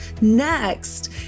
Next